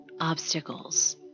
obstacles